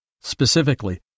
Specifically